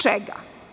Čega?